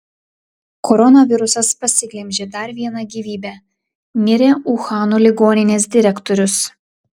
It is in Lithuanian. koronavirusas pasiglemžė dar vieną gyvybę mirė uhano ligoninės direktorius